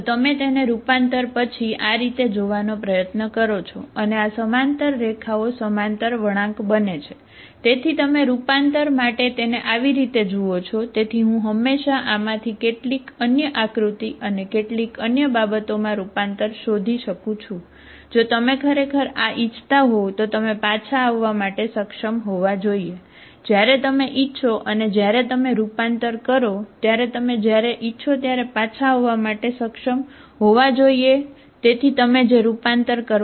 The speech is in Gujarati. તો તમે તેને રૂપાંતર હોવું જોઈએ